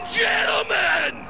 gentlemen